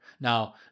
Now